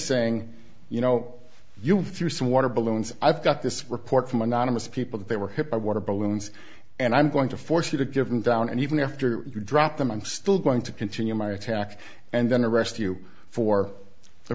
saying you know you through some water balloons i've got this report from anonymous people that they were hit by water balloons and i'm going to force you to give them down and even after you drop them i'm still going to continue my attack and then arrest you for